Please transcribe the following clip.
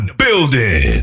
building